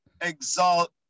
exalt